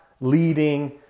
leading